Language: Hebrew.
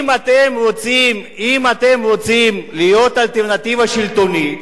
אם אתם רוצים להיות אלטרנטיבה שלטונית,